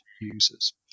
users